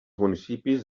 municipis